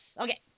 Okay